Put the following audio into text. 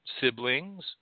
siblings